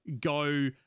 go